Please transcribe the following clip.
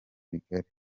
bigari